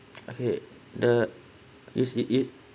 okay the use it it